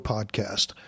Podcast